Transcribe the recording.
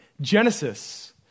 Genesis